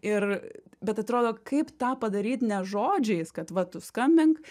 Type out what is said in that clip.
ir bet atrodo kaip tą padaryt ne žodžiais kad va tu skambink